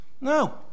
No